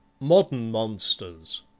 modern monsters